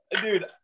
dude